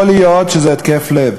יכול להיות שזה התקף לב,